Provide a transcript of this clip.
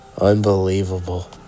unbelievable